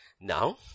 Now